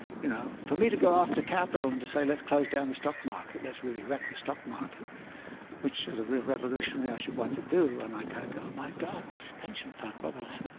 you know for me to go after capital and to say, let's close down the stock market, let's really wreck the stock market which as a real revolutionary, i should want to do. and i kind of go, oh, my god, my so pension fund. but